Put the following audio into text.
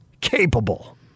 capable